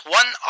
one